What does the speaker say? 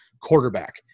quarterback